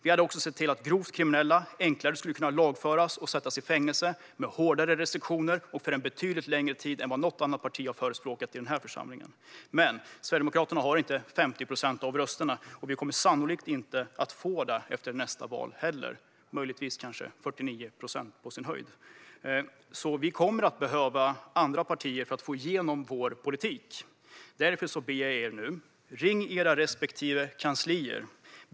Vi hade också sett till att grovt kriminella enklare skulle kunna lagföras och sättas i fängelse med hårdare restriktioner och under betydligt längre tid än något annat parti har förespråkat i den här församlingen. Men Sverigedemokraterna har inte 50 procent av rösterna, och vi kommer sannolikt inte att få det efter nästa val heller. På sin höjd får vi kanske 49 procent, så vi kommer att behöva andra partier för att få igenom vår politik. Därför ber jag er nu: Ring era respektive kanslier!